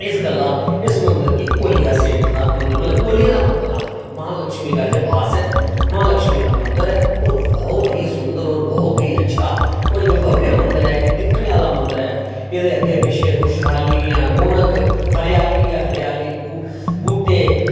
इस गल्ला इस मंदर गी ओलिया सेठ दा मंदर मतलब ओलिया दा मंदर आखदे न महा लक्ष्मी दा इत्थे वास ऐ महा लक्ष्मी दा मंदर ऐ और बहुत ई सुंदर और बहुत ही अच्छा और इस भव्य मंदर ऐ दिक्खने आह्ल मंदर ऐ एह्दे अग्गै पिच्छै खुशहालियां रौनक हरियाली गै हरियाली बूह्टे